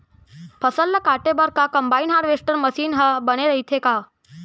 फसल ल काटे बर का कंबाइन हारवेस्टर मशीन ह बने रइथे का?